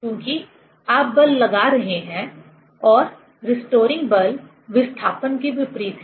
क्योंकि आप बल लगा रहे हैं और रिस्टोरिंग बल विस्थापन के विपरीत है